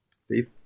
Steve